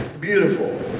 beautiful